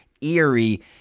eerie